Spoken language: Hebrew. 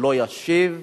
שלא ישיב,